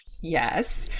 Yes